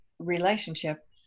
relationship